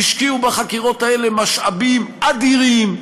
השקיעו בחקירות האלה משאבים אדירים.